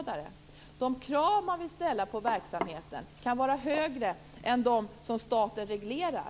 De krav man vill ställa på verksamheten kan vara högre än de som staten reglerar.